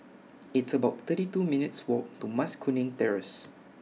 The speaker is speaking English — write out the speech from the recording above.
It's about thirty two minutes' Walk to Mas Kuning Terrace